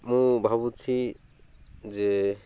ମୁଁ ଭାବୁଛି ଯେ